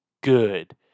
good